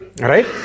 Right